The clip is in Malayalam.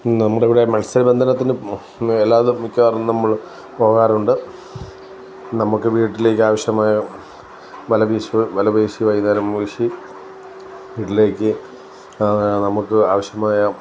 നമ്മുടെ ഇവിടെ മത്സ്യബന്ധനത്തിന് അല്ലാതെ മിക്കവാറും നമ്മൾ പോകാറുണ്ട് നമുക്ക് വീട്ടിലേക്ക് ആവശ്യമായ വല വീശി വല വീശി വൈകുന്നേരം വീശി വീട്ടിലേക്ക് നമുക്ക് ആവശ്യമായ